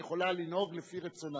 היא יכולה לנהוג לפי רצונה,